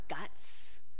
guts